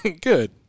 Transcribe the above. Good